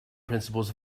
principles